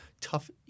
tough